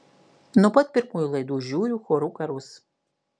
nuo pat pirmųjų laidų žiūriu chorų karus